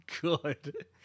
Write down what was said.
good